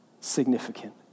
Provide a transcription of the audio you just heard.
significant